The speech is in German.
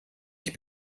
ich